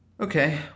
Okay